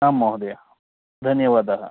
आम् महोदय धन्यवादः